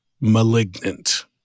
Malignant